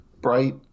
Bright